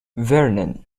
vernon